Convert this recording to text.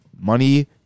money